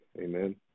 Amen